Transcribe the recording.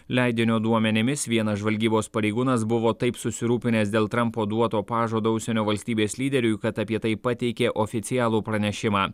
leidinio duomenimis vienas žvalgybos pareigūnas buvo taip susirūpinęs dėl trampo duoto pažado užsienio valstybės lyderiui kad apie tai pateikė oficialų pranešimą